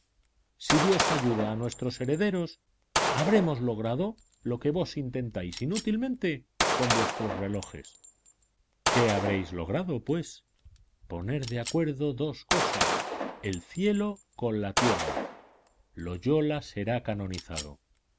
si dios ayuda a nuestros herederos habremos logrado lo que vos intentáis inútilmente con vuestros relojes qué habréis logrado pues poner de acuerdo dos cosas el cielo con la tierra loyola será canonizado